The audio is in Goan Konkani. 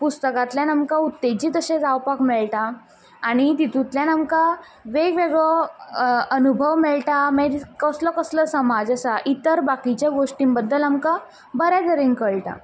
पुस्तकांतल्यान आमकां उत्तेजीत अशें जावपाक मेळटा आणी तितूंतल्यान आमकां वेगवेगळो अनुभव मेळटा मागीर कसलो कसलो समाज आसा इतर बाकीच्या गोष्टीं बद्दल आमकां बरें तरेन कळटा